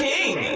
King